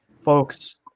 Folks